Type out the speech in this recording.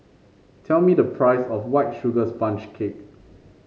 tell me the price of White Sugar Sponge Cake